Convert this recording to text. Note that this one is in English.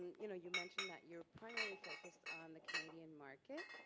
you know you mentioned that you're primarily focused on the canadian market,